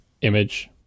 image